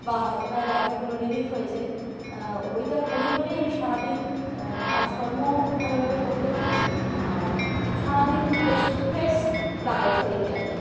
বা হাতে পায়ে ব্যথাগুলো রিলিফ হয়েছে ওইটা করি বলেই আমি সারাদিন কাজকর্মও ভালোভাবে করতে পারি আর সারাদিন বেশ ফ্রেশ লাগে শরীরটাকে